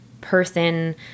person